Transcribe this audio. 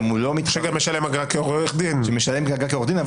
הוא לא --- שמשלם אגרה כעורך דין.